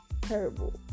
terrible